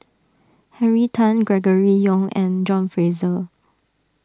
Henry Tan Gregory Yong and John Fraser